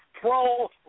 pro